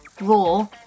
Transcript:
raw